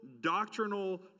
doctrinal